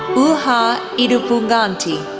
ooha and edupuganti,